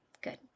good